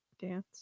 dance